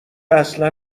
اصلا